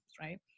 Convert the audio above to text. right